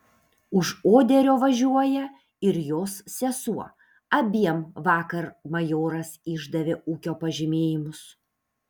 už oderio važiuoja ir jos sesuo abiem vakar majoras išdavė ūkio pažymėjimus